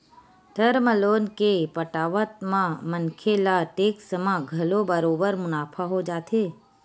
term loan के पटावत म मनखे ल टेक्स म घलो बरोबर मुनाफा हो जाथे